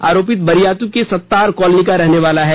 आरोपित बरियातू की सत्तार कॉलोनी का रहने वाला है